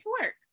work